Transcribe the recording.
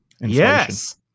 Yes